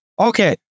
Okay